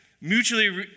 mutually